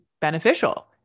beneficial